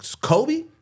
Kobe